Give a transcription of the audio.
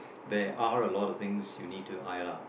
there are a lot of things you need to iron out